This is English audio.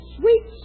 sweet